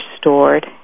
stored